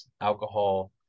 alcohol